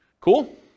Cool